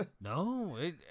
No